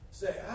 Say